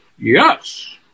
Yes